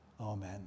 Amen